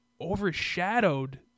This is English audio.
overshadowed